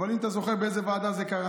לא, אבל האם אתה זוכר באיזו ועדה זה קרה?